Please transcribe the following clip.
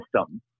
system